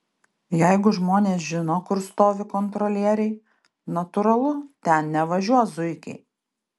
jeigu žmonės žino kur stovi kontrolieriai natūralu ten nevažiuos zuikiai